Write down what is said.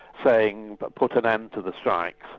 saying but put an end to the strikes.